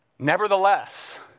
Nevertheless